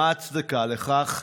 מהי ההצדקה לכך?